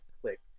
click